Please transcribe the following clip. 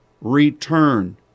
return